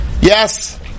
Yes